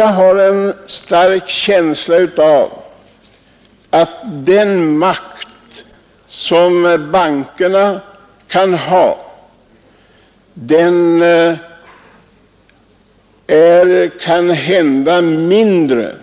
Jag har en stark känsla av att den makt som bankerna har kanhända är mindre